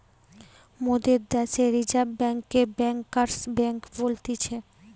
মোদের দ্যাশে রিজার্ভ বেঙ্ককে ব্যাঙ্কার্স বেঙ্ক বলতিছে